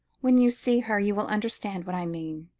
when you see her, you will understand what i mean.